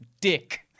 dick